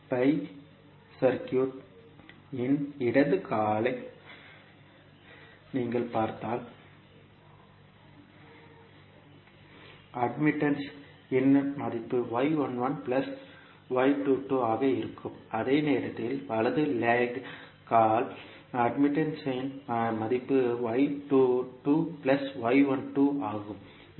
pi circuit இன் இடது காலை நீங்கள் பார்த்தால் இடது லேக் அட்மிட்டன்ஸ் இன் மதிப்பு ஆக இருக்கும் அதே நேரத்தில் வலது லேக் கால் அட்மிட்டன்ஸ் இன் மதிப்பு ஆகும்